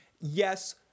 Yes